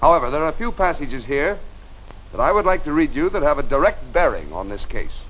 however there are a few passages here that i would like to read you that have a direct bearing on this case